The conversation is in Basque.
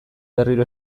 berriro